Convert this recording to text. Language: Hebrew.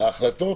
ההחלטות